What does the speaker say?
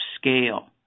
scale